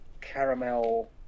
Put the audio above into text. Caramel